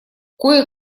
кое